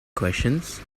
questions